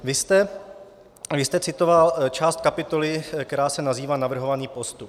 Vy jste citoval část kapitoly, která se nazývá Navrhovaný postup.